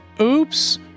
oops